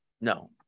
no